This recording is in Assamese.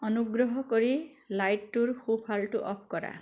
অনুগ্ৰহ কৰি লাইটটোৰ সোঁফালটো অ'ফ কৰা